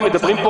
אם מדברים פה,